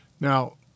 Now